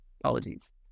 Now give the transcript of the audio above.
apologies